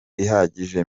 ihagije